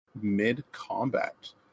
mid-combat